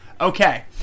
Okay